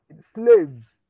slaves